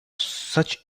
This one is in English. such